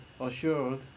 assured